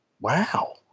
wow